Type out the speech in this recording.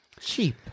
Cheap